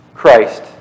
Christ